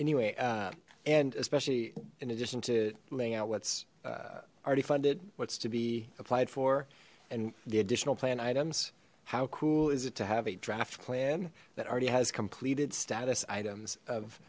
anyway and especially in addition to laying out what's uh already funded what's to be applied for and the additional plan items how cool is it to have a draft plan that already has completed status items of